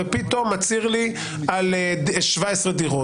ופתאום מצהיר לי על 17 דירות.